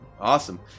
awesome